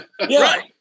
Right